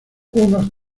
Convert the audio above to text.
unos